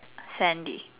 Sandy